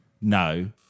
no